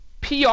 PR